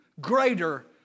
greater